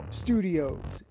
studios